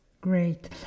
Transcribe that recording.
great